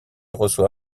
reçoit